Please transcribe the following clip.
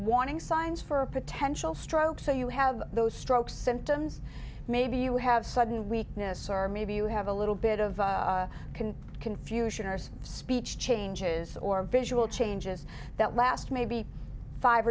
warning signs for a potential stroke so you have those stroke symptoms maybe you have sudden weakness or maybe you have a little bit of can confusion as speech changes or visual changes that last maybe five